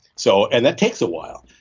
so and that takes a while.